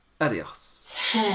adios